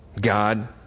God